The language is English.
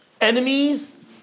Enemies